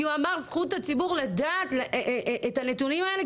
כי הוא אמר שזכות הציבור לדעת את הנתונים האלה,